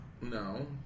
No